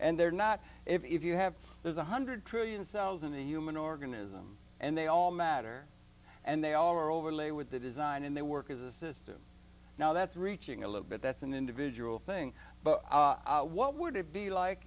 and they're not if you have there's one hundred trillion cells in the human organism and they all matter and they all are overlay with the design and they work as a system now that's reaching a little bit that's an individual thing but what would it be like